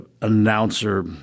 announcer